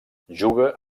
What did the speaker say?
juga